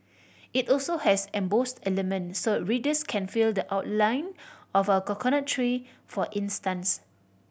it also has embossed elements so readers can feel the outline of a coconut tree for instance